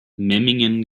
memmingen